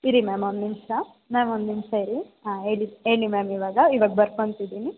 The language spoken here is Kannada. ಇರಿ ಮ್ಯಾಮ್ ಒಂದು ನಿಮಿಷ ಮ್ಯಾಮ್ ಒಂದು ನಿಮಿಷ ಇರಿ ಹಾಂ ಹೇಳಿ ಹೇಳಿ ಮ್ಯಾಮ್ ಇವಾಗ ಇವಾಗ ಬರ್ಕೊತಿದಿನಿ